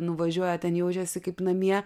nuvažiuoja ten jaučiasi kaip namie